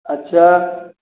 अच्छा